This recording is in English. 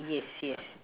yes yes